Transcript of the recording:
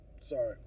Sorry